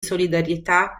solidarietà